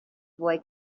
boy